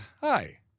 hi